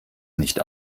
nicht